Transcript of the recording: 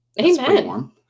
Amen